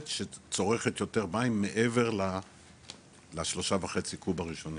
שצורכת יותר מים מעבר ל- 3.5 קוב הראשונים,